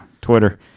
Twitter